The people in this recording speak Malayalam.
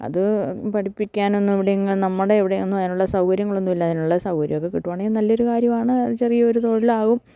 അത് പഠിപ്പിക്കാനൊന്നും ഇവിടെയെങ്ങും നമ്മുടെ ഇവിടെയൊന്നും അതിനുള്ള സൗകര്യങ്ങളൊന്നുമില്ല അതിനുള്ള സൗകര്യമൊക്കെ കിട്ടുകയാണെങ്കില് നല്ലൊരു കാര്യമാണ് ചെറിയൊരു തൊഴിലാകും